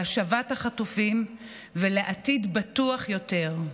להשבת החטופים ולעתיד בטוח יותר.